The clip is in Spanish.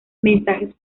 mensajes